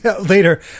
later